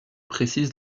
précise